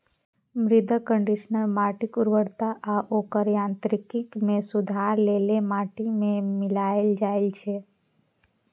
मृदा कंडीशनर माटिक उर्वरता आ ओकर यांत्रिकी मे सुधार लेल माटि मे मिलाएल जाइ छै